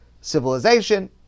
civilization